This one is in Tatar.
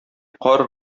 кар